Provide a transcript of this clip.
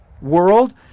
world